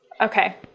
Okay